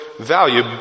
Value